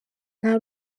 nta